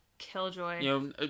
killjoy